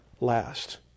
last